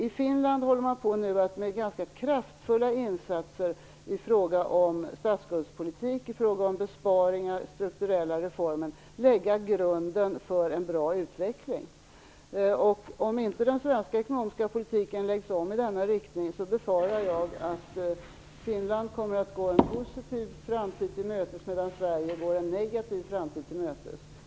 I Finland håller man nu på att med ganska kraftfulla insatser i fråga om statsskuldspolitik och i fråga om besparingar och strukturella reformer lägga grunden för en bra utveckling. Om inte den svenska ekonomiska politiken läggs om i en annan riktning, befarar jag att Finland kommer att gå en positiv framtid till mötes medan Sverige går en negativ framtid till mötes.